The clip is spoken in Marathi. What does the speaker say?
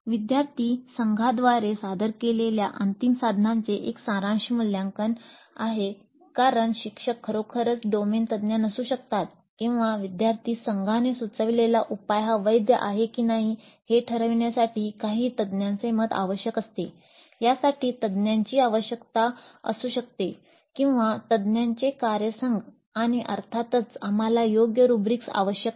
विद्यार्थी संघांद्वारे सादर केलेल्या अंतिम समाधानाचे एक सारांश मूल्यांकन कारण शिक्षक खरोखरच डोमेन तज्ञ नसू शकतात किंवा विद्यार्थी संघाने सुचविलेला उपाय हा वैध आहे की नाही हे ठरविण्यासाठी काही तज्ञांचे मत आवश्यक असते यासाठी तज्ञांची आवश्यकता असू शकते किंवा तज्ञांचे कार्यसंघ आणि अर्थातच आम्हाला योग्य रुब्रिक्स आवश्यक आहेत